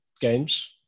games